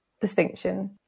distinction